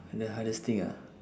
the hardest thing ah